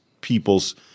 people's